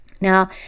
now